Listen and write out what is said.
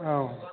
औ